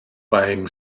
beim